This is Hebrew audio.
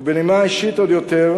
ובנימה אישית עוד יותר,